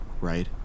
right